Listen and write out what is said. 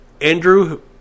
Andrew